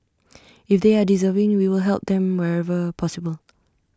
if they are deserving we will help them wherever possible